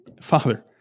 Father